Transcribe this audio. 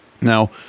Now